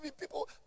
People